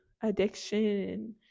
addiction